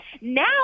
Now